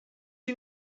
you